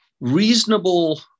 reasonable